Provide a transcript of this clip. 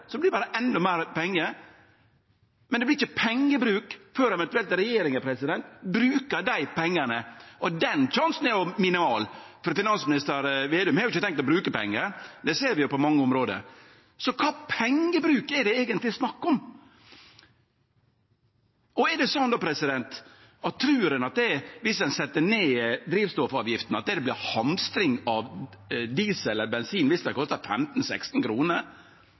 så stor allereie at han rivnar. Det vert berre endå meir pengar, men det vert ikkje pengebruk før regjeringa eventuelt brukar dei pengane – og sjansen for det er jo minimal. Finansminister Vedum har jo ikkje tenkt til å bruke pengar – det ser vi på mange område. Så kva for ein pengebruk er det eigentleg snakk om? Trur ein at viss ein set ned drivstoffavgiftene slik at bensin og diesel kostar 15–16 kr, så vert det hamstring?